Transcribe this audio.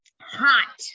Hot